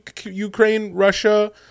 Ukraine-Russia